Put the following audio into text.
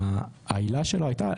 העילה שלו הייתה,